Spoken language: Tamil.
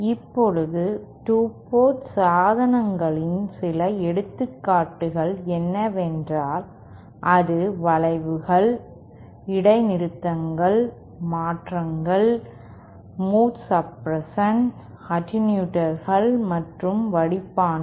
இப்போது 2 போர்ட் சாதனங்களின் சில எடுத்துக்காட்டுகள் என்னவென்றால் அது வளைவுகள் இடைநிறுத்தங்கள் மாற்றங்கள் மோடு சப்ரஸஸ் அட்டென்யூட்டர்கள் மற்றும் வடிப்பான்கள்